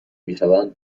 میشوند